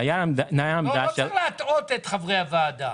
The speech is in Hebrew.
לא צריך להטעות את חברי הוועדה.